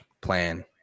plan